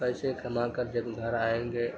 پیسے کما کر جب گھر آئیں گے